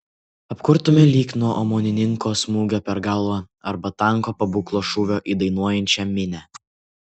apkurtome lyg nuo omonininko smūgio per galvą arba tanko pabūklo šūvio į dainuojančią minią